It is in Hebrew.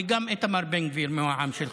וגם איתמר בן גביר מהעם שלך.